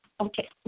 Okay